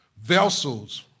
vessels